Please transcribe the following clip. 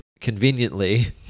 Conveniently